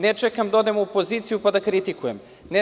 Ne čekam da odem u opoziciju pa da kritikujem.